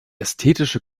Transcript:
ästhetische